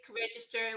register